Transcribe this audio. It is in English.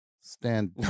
stand